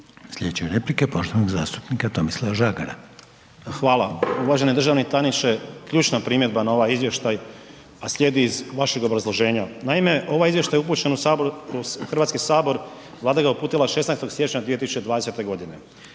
Sljedeća replika je poštovanog zastupnika Tomislava Žagara. **Žagar, Tomislav (HSU)** Hvala. Uvaženi državni tajniče. Ključna primjedba na ovaj izvještaj, a slijedi iz vašeg obrazloženja. Naime, ovaj izvještaj je upućen u Hrvatski sabor Vlada ga je uputila 16. siječnja 2020. godine,